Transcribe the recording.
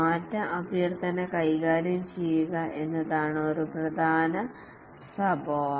മാറ്റ അഭ്യർത്ഥനകൾ കൈകാര്യം ചെയ്യുക എന്നതാണ് ഒരു പ്രധാന സ്വഭാവം